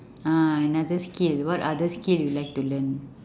ah another skill what other skill you like to learn